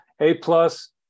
A-plus